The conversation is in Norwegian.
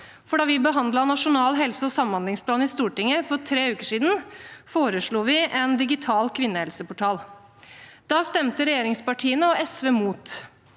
da vi behandlet Nasjonal helseog samhandlingsplan i Stortinget for tre uker siden, foreslo vi en digital kvinnehelseportal. Da stemte regjeringspartiene og SV mot.